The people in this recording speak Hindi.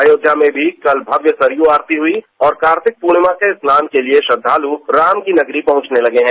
अयोध्या में भी कल भव्य सरयू आरती हुई और कार्तिक पूर्णिमा के स्नान के लिए श्रद्धालू राम की नगरी पहुंचने लगे हैं